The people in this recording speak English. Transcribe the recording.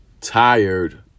tired